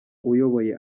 uyoboye